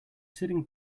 sitting